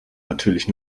natürlich